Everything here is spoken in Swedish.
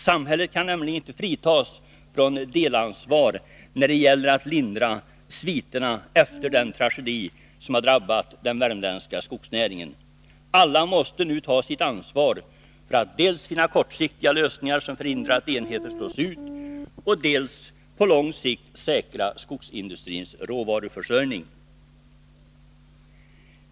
Samhället kan nämligen inte fritas från delansvar när det gäller att lindra sviterna efter den tragedi som har drabbat den värmländska skogsnäringen. Alla måste nu ta sitt ansvar för att dels finna kortsiktiga lösningar som förhindrar att enheter slås ut och dels på lång sikt säkra skogsindustrins råvaruförsörjning.